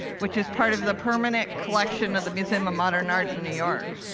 which is part of the permanent collection of the museum of modern art in new york.